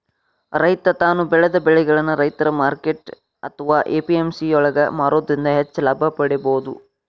ರೈತ ತಾನು ಬೆಳೆದ ಬೆಳಿಗಳನ್ನ ರೈತರ ಮಾರ್ಕೆಟ್ ಅತ್ವಾ ಎ.ಪಿ.ಎಂ.ಸಿ ಯೊಳಗ ಮಾರೋದ್ರಿಂದ ಹೆಚ್ಚ ಲಾಭ ಪಡೇಬೋದು